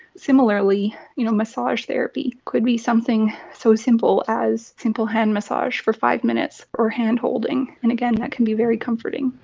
similarly you know massage therapy could be something so simple as a simple hand massage for five minutes or handholding. and again, that can be very comforting.